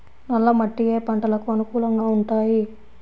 నల్ల మట్టి ఏ ఏ పంటలకు అనుకూలంగా ఉంటాయి?